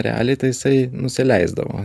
realiai tai jisai nusileisdavo